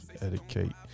educate